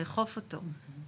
לאכוף אותו.